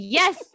yes